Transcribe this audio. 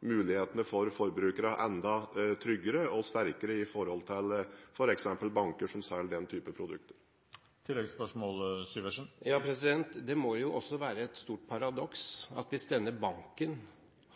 mulighetene for forbrukerne enda tryggere og sterkere overfor f.eks. banker som selger den typen produkter. Hans Olav Syversen – til oppfølgingsspørsmål. Det må jo være et stort paradoks at hvis denne banken